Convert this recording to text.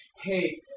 Hey